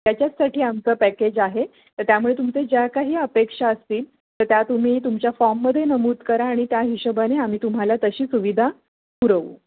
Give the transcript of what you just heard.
त्याच्याचसाठी आमचं पॅकेज आहे तर त्यामुळे तुमचं ज्या काही अपेक्षा असतील तर त्या तुम्ही तुमच्या फॉममध्ये नमूद करा आणि त्या हिशोबाने आम्ही तुम्हाला तशी सुविधा पुरवू